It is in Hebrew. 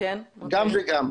גם וגם,